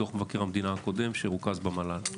מדוח מבקר המדינה הקודם שרוכז במל"ל.